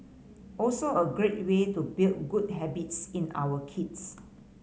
also a great way to build good habits in our kids